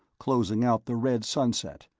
closing out the red sunset,